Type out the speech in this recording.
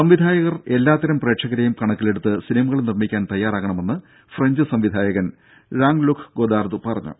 സംവിധായകർ എല്ലാതരം പ്രേക്ഷകരെയും കണക്കിലെടുത്ത് സിനിമകൾ നിർമിക്കാൻ തയ്യാറാകണമെന്ന് ഫ്രഞ്ച് സംവിധായകൻ ഴാംങ് ലുക് ഗൊദാർദ് പറഞ്ഞു